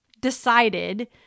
decided